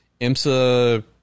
IMSA